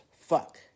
Fuck